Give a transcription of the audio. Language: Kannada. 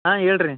ಹಾಂ ಹೇಳ್ರಿ